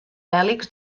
bèl·lics